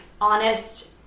honest